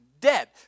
dead